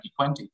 2020